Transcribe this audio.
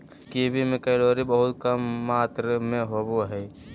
kiwi में calorie बहुत कम मात्र में होबो हइ